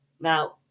Now